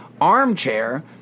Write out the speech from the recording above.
ARMChair